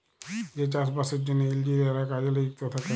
যে চাষ বাসের জ্যনহে ইলজিলিয়াররা কাজে লিযুক্ত থ্যাকে